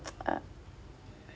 uh